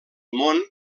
món